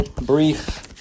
brief